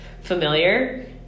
familiar